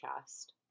chest